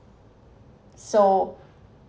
so